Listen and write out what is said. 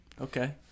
Okay